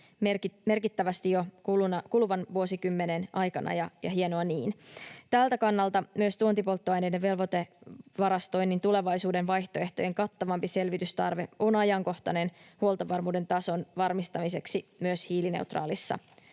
merkittävästi jo kuluvan vuosikymmenen aikana, ja hienoa niin. Tältä kannalta myös tuontipolttoaineiden velvoitevarastoinnin tulevaisuuden vaihtoehtojen kattavampi selvitystarve on ajankohtainen huoltovarmuuden tason varmistamiseksi myös hiilineutraalissa